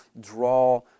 draw